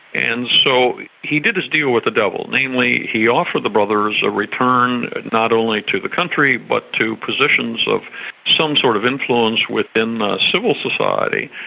and so he did his deal with the devil. namely, he offered the brothers a return not only to the country but to positions of some sort of influence within the civil society,